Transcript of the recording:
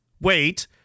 Wait